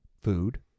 food